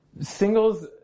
singles